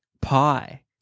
pie